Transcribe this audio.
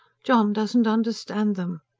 john doesn't understand them.